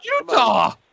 Utah